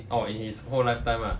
oh in his own lifetime lah